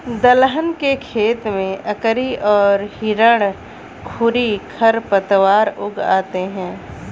दलहन के खेत में अकरी और हिरणखूरी खरपतवार उग आते हैं